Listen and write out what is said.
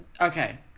Okay